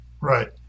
right